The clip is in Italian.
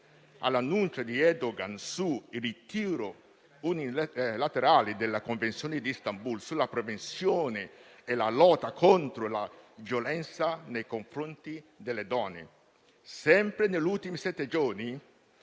all'annuncio di Erdogan sul ritiro unilaterale dalla Convenzione di Istanbul sulla prevenzione e la lotta contro la violenza nei confronti delle donne. Sempre negli ultimi sette giorni